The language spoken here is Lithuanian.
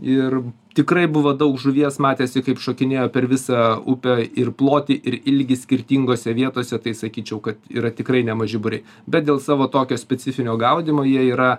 ir tikrai buvo daug žuvies matėsi kaip šokinėjo per visą upę ir plotį ir ilgį skirtingose vietose tai sakyčiau kad yra tikrai nemaži būriai bet dėl savo tokio specifinio gaudymo jie yra